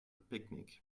picnic